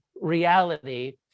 reality